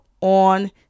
on